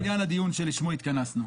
לעניין הדיון שלשמו התכנסנו.